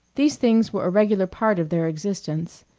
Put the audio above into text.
these things were a regular part of their existence.